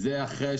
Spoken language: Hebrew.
בהחלט.